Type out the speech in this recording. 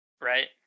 right